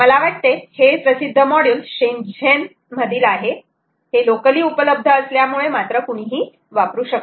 मला वाटते हे प्रसिद्ध मॉड्यूल शेणझण मधील आहे हे लोकली उपलब्ध असल्यामुळे कुणीही वापरू शकते